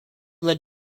led